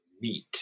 meat